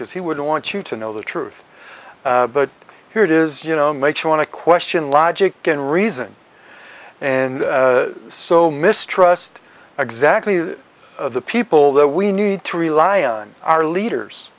because he wouldn't want you to know the truth but here it is you know make sure to question logic and reason and so mistrust exactly the people that we need to rely on our leaders